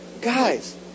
Guys